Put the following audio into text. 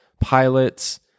pilots